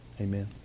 amen